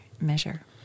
measure